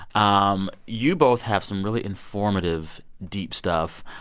um you both have some really informative, deep stuff.